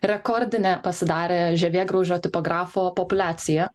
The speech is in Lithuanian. rekordinė pasidarė žievėgraužio tipografo populiacija